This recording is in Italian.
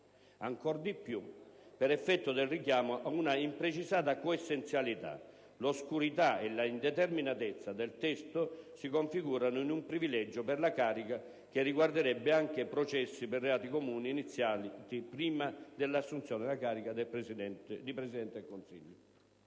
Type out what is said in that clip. Ancor di più, per effetto del richiamo ad una imprecisata coessenzialità, l'oscurità e la indeterminatezza del testo si configurano in un privilegio per la carica che riguarderebbe anche processi per reati comuni iniziati prima dell'assunzione della carica di Presidente del Consiglio.